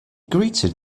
greeted